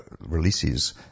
releases